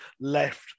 left